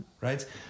Right